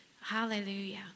Hallelujah